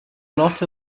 lot